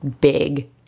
big